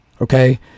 okay